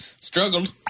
Struggled